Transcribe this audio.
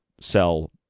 sell